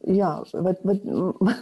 jo vat vat nu va